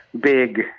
big